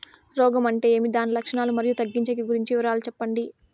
రోగం అంటే ఏమి దాని లక్షణాలు, మరియు తగ్గించేకి గురించి వివరాలు సెప్పండి?